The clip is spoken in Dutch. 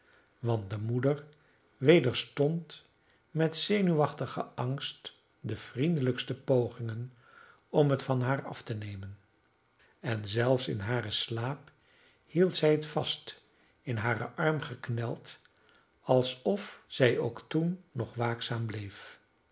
want de moeder wederstond met zenuwachtigen angst de vriendelijkste pogingen om het van haar af te nemen en zelfs in haren slaap hield zij het vast in haren arm gekneld alsof zij ook toen nog waakzaam bleef